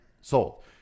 sold